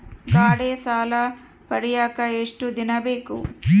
ಗಾಡೇ ಸಾಲ ಪಡಿಯಾಕ ಎಷ್ಟು ದಿನ ಬೇಕು?